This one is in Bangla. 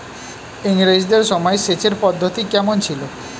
ইঙরেজদের সময় সেচের পদ্ধতি কমন ছিল?